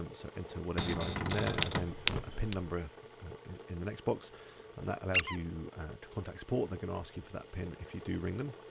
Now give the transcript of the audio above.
um so enter whatever you like in there and then a pin number in the next box and that allows you to contact support. they can ask you for that pin if you do ring them.